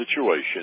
situation